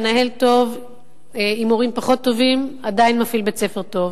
מנהל טוב עם מורים פחות טובים עדיין מפעיל בית-ספר טוב.